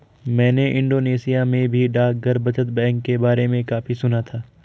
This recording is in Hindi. मैंने इंडोनेशिया में भी डाकघर बचत बैंक के बारे में काफी सुना था